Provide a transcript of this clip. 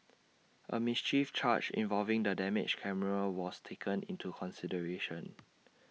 A mischief charge involving the damaged camera was taken into consideration